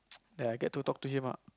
ya I get to talk to him lah